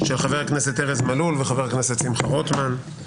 של חבר הכנסת ארז מלול וחבר הכנסת שמחה רוטמן.